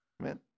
Amen